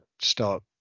start